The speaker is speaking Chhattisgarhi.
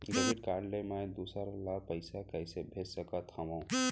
डेबिट कारड ले मैं दूसर ला पइसा कइसे भेज सकत हओं?